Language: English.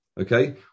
Okay